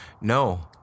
no